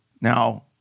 Now